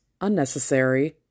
unnecessary